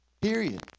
period